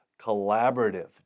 collaborative